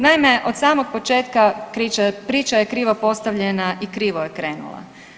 Naime, od samog početka priča je krivo postavljena i krivo je krenula.